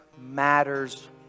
matters